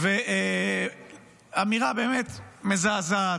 אמירה באמת מזעזעת,